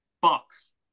box